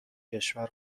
کشور